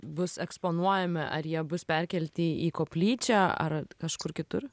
bus eksponuojami ar jie bus perkelti į koplyčią ar kažkur kitur